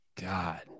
god